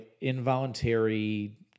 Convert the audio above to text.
involuntary